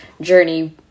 journey